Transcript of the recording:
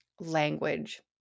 language